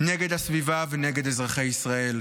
נגד הסביבה ונגד אזרחי ישראל.